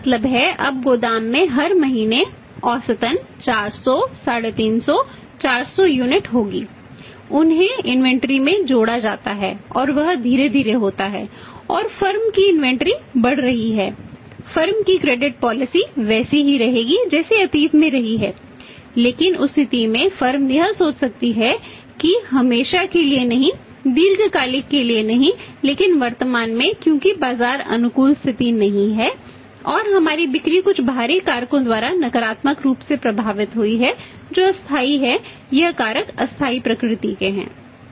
तो इसका मतलब है कि अब गोदाम में हर महीने औसतन 400 350 400 यूनिट यह सोच सकती है कि हमेशा के लिए नहीं दीर्घकालिक के लिए नहींलेकिन वर्तमान में क्योंकि बाजार अनुकूल स्थिति नहीं है और हमारी बिक्री कुछ बाहरी कारकों द्वारा नकारात्मक रूप से प्रभावित हुई है जो अस्थायी हैं ये कारक अस्थायी प्रकृति के हैं